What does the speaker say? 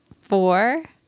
four